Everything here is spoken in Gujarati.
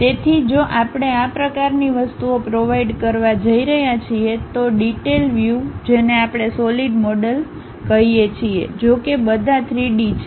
તેથી જો આપણે આ પ્રકારની વસ્તુઓ પ્રોવાઇડ કરવા જઈ રહ્યા છીએ તો ડિટેઇલ વ્યૂ જેને આપણે સોલિડ મોડલ હીએ છીએ જોકે બધા 3D છે